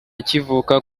akivuka